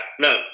No